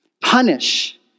punish